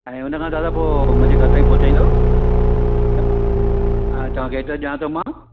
ऐं हुन खां दादा पोइ मुंहिंजे घर ताईं पहुचाईंदव त हा तव्हांखे एड्रेस ॾियांव थो मां